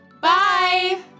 Bye